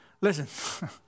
Listen